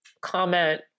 comment